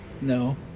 No